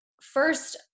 First